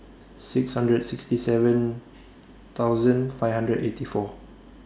six hundred sixty seven thousand five hundred eighty four